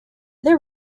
there